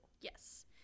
yes